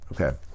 okay